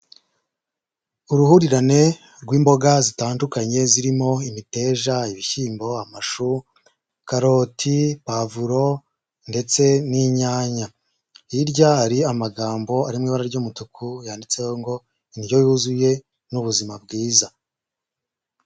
Uruhurirane rw'imboga zitandukanye zirimo imiteja, ibishyimbo, amashu, karoti, pavuro ndetse n'inyanya. Hirya hari amagambo ari mu ibara ry'umutuku yanditseho ngo indyo yuzuye ni ubuzima bwiza.